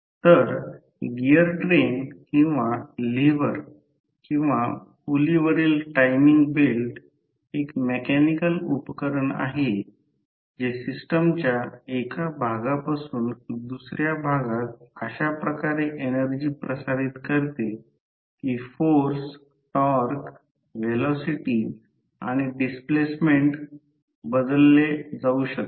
तर gear train किंवा lever किंवा पुलीवरील टायमिंग बेल्ट एक मेकॅनिकल उपकरण आहे जे सिस्टमच्या एका भागापासून दुसर्या भागात अशा प्रकारे एनर्जी प्रसारित करते की फोर्स टॉर्क व्हेलॉसिटी आणि डिस्प्लेसमेंट बदलले जाऊ शकते